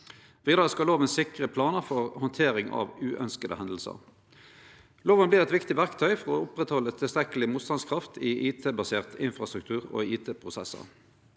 Vidare skal lova sikre planar for handtering av uønskte hendingar. Lova vert eit viktig verktøy for å halde ved lag tilstrekkeleg motstandskraft i IT-basert infrastruktur og IT-prosessar.